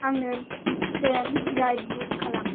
आंनो train ride book खालाम